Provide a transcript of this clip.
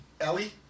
Ellie